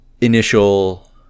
initial